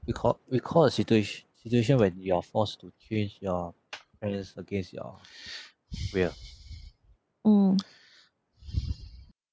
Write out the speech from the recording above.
recall recall a situation situation when you're forced to change your plans against your will